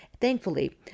Thankfully